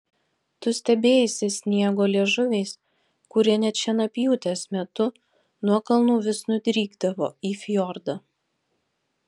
tu stebėjaisi sniego liežuviais kurie net šienapjūtės metu nuo kalnų vis nudrykdavo į fjordą